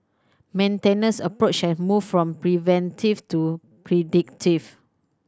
maintenance approach has moved from preventive to predictive